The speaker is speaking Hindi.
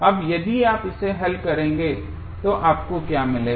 अब यदि आप इसे हल करेंगे तो आपको क्या मिलेगा